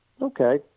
Okay